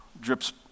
drips